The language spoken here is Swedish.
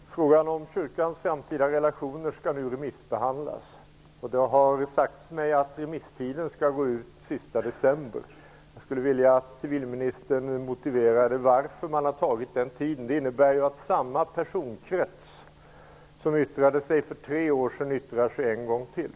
Fru talman! Jag har en fråga till civilminister Inger Davidson. Frågan om kyrkans framtida relationer skall nu remissbehandlas. Det har sagts mig att remisstiden skall gå ut den 31 december. Jag skulle vilja att civilministern motiverade varför man har valt den tiden. Detta innebär ju att samma personkrets som yttrade sig för tre år sedan nu får yttra sig en gång till.